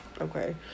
Okay